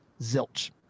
Zilch